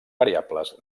variables